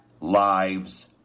lives